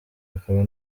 akaba